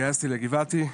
התגייסתי לגבעתי,